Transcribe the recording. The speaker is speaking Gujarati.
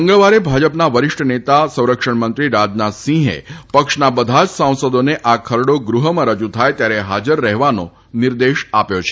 મંગળવારે ભાજપના વરિષ્ઠ નેતા અને સંરક્ષણ મંત્રી રાજનાથ સિંહે પક્ષના બધા જ સાંસદોને આ ખરડો ગૃહમાં રજુ થાય ત્યારે હાજર રહેવાનો નિર્દેશ આપ્યો છે